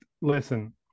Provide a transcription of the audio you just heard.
listen